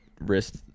wrist